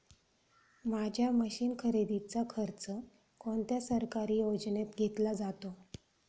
माझ्या मशीन खरेदीचा खर्च कोणत्या सरकारी योजनेत घेतला जातो?